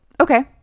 Okay